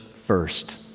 first